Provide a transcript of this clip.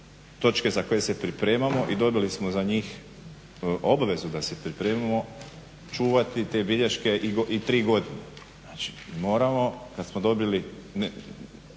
točke za koje se pripremamo i dobili smo za njih obavezu da se pripremamo čuvati te bilješke i 3 godine. Znači, mi moramo kad smo dobili